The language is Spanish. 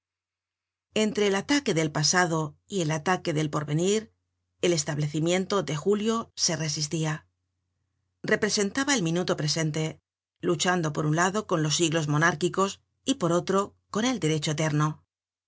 entre el ataque del pasado y el ataque del porvenir el establecimiento de julio se resistia representaba el minuto presente luchando por un lado con los siglos monárquicos y por otro con el derecho eterno